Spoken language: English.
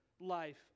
life